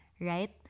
right